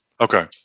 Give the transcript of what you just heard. Okay